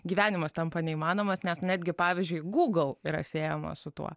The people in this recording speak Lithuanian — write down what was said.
gyvenimas tampa neįmanomas nes netgi pavyzdžiui google yra siejama su tuo